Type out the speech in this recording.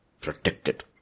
protected